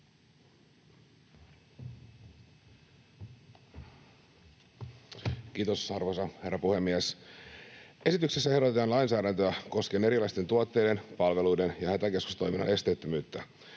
Kiitos, arvoisa herra puhemies! Esityksessä ehdotetaan lainsäädäntöä koskien erilaisten tuotteiden ja palveluiden sekä hätäkeskustoiminnan esteettömyyttä.